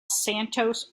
santos